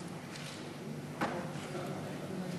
השאלה שתישאל, סוגיית התעמולה ועוד.